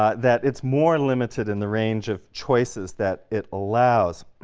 ah that it's more limited in the range of choices that it allows.